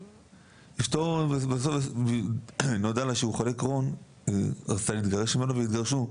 כשנודע לאשתו שהוא חולה קרוהן היא רצתה להתגרש ממנו והם התגרשו.